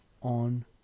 on